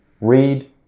Read